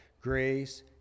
grace